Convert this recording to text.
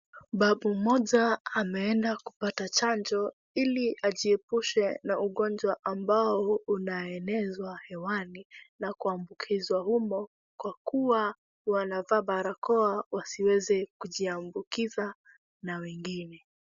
Babu mmoja ameenda kupata chanjo ili ajiepushe na ugonjwa ambao unaenezwa hewani na kuambukizwa humo kwa kuwa wanavaa barakoa wasiweze kujiambukiza na wengine.